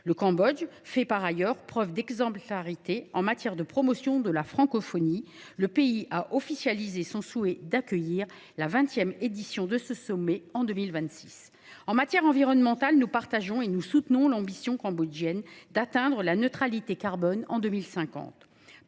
Le Cambodge fait par ailleurs preuve d’exemplarité en matière de promotion de la francophonie : le pays a officialisé son souhait d’accueillir la XX édition de ce sommet en 2026. En matière environnementale, nous partageons et nous soutenons l’ambition cambodgienne d’atteindre la neutralité carbone en 2050.